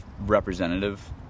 representative